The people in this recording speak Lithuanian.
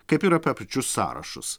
kaip ir apie pačius sąrašus